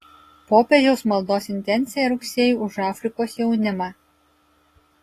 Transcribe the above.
popiežiaus maldos intencija rugsėjui už afrikos jaunimą